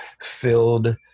filled